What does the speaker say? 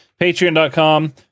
patreon.com